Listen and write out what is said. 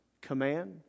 command